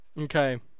Okay